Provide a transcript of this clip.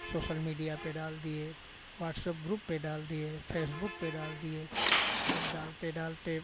social media पे डाल दिए वाट्सअप ग्रुप पे डाल दिए फ़ेसबुक पे डाल दिए आ सब डालते डालते